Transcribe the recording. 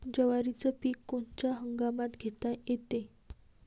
जवारीचं पीक कोनच्या हंगामात घेता येते?